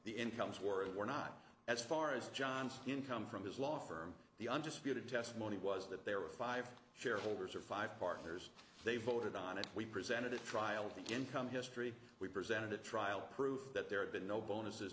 the incomes were and were not as far as john's income from his law firm the undisputed testimony was that there were five shareholders or five partners they voted on and we presented a trial to income history we presented a trial proof that there had been no bonuses